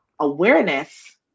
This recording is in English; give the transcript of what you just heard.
awareness